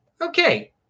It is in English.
Okay